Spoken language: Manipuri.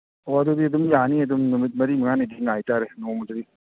ꯑꯣ ꯑꯗꯨꯗꯤ ꯑꯗꯨꯝ ꯌꯥꯅꯤ ꯑꯗꯨꯝ ꯅꯨꯃꯤꯠ ꯃꯔꯤ ꯃꯉꯥꯅꯤꯗꯤ ꯉꯥꯏꯇꯥꯔꯦ ꯅꯣꯡꯃꯗꯨꯒꯤ